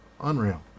unreal